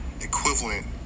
equivalent